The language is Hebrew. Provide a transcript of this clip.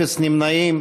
אפס נמנעים.